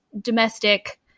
domestic